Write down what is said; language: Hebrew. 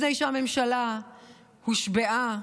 לפני שהממשלה הושבעה